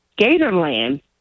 Gatorland